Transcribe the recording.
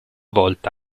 volta